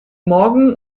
morgen